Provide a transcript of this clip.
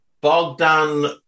Bogdan